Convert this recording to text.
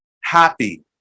Happy